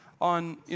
on